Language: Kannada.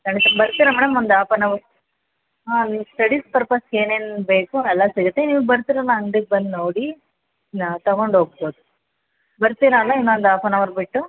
ಖಂಡಿತ ಬರ್ತೀರಾ ಮೇಡಮ್ ಒಂದು ಆಫ್ ಎನ್ ಅವರ್ ಹಾಂ ನಿಮ್ಮ ಸ್ಟಡೀಸ್ ಪರ್ಪಸ್ಗೆ ಏನೇನು ಬೇಕೋ ಎಲ್ಲ ಸಿಗುತ್ತೆ ನೀವು ಬರ್ತೀರಲ್ಲ ಅಂಗ್ಡಿಗೆ ಬಂದು ನೋಡಿ ತಗೊಂಡು ಹೋಗ್ಬೋದು ಬರ್ತೀರಲ್ಲ ಇನ್ನೊಂದು ಹಾಫ್ ಎನ್ ಅವರ್ ಬಿಟ್ಟು